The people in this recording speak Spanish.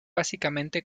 básicamente